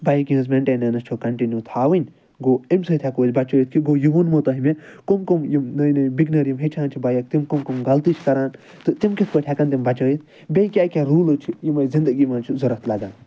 بایکہِ ہنٛز میٚنٹینیٚنٕس چھوٚو کَنٹِوٗ تھاوٕنۍ گوٚو اَمہِ سۭتۍ ہیٚکوٚو أسۍ بَچٲیِتھ کہِ گوٚو یِہنٛد مَطابق کٕم کٕم یِم نٔے نٔے بگنَر یِم ہیٚچھان چھِ بایِک تِم کٕم کٕم غلطی چھِ کران تہٕ تِم کِتھۍ پٲٹھۍ ہیٚکَن تِم بَچٲیِتھ بیٚیہِ کیٛاہ کیٛاہ روٗلٕز چھِ یِم اسہِ زِندگی منٛز چھِ ضروٗرت لَگان